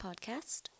podcast